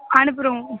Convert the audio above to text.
அனுப்பிவிட்றோம்